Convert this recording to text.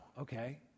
okay